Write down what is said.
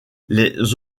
les